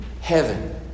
Heaven